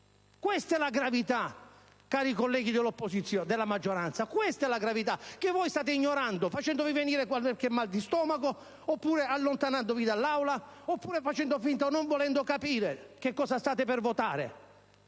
Questa è la gravità, cari colleghi della maggioranza! Questa è la gravità che stato ignorando, facendovi venire qualche mal di stomaco o allontanandovi dall'Aula, oppure facendo finta o non volendo capire che cosa state per votare.